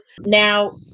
Now